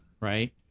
Right